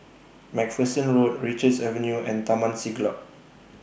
MacPherson Road Richards Avenue and Taman Siglap